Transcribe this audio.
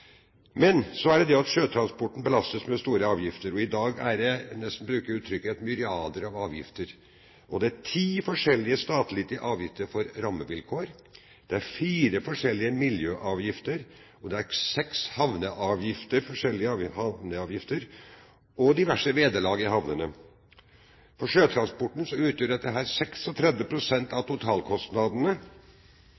Men sjøtransporten belastes med store avgifter. I dag kan man nesten bruke uttrykket en myriade av avgifter. Det er ti forskjellige statlige avgifter for rammevilkår, det er fire forskjellige miljøavgifter, og det er seks forskjellige havneavgifter og diverse vederlag i havnene. For sjøtransporten utgjør dette 36 pst. av totalkostnadene, mens for vei utgjør